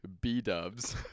B-dubs